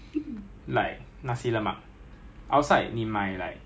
but then recruits don't get to do that lah recruits don't get to pay up lah